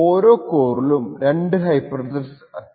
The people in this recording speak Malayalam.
ഓരോ കോറിലും രണ്ടു ഹൈപ്പർ ത്രെഡ്സ് അത്യാവശ്യം ആണ്